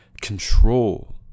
control